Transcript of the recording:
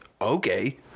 okay